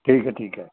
ਠੀਕ ਹੈ ਠੀਕ ਹੈ